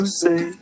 say